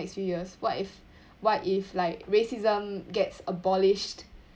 next few years what if what if like racism gets abolished